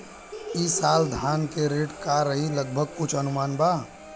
ई साल धान के रेट का रही लगभग कुछ अनुमान बा?